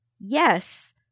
Yes